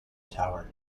tower